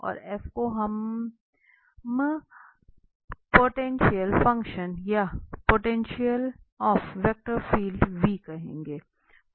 और f को हम पोटेंशियल फक्शन या पोटेंशियल ऑफ़ वेक्टर फील्ड कहेंगे